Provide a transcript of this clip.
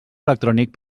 electrònic